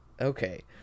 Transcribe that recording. Okay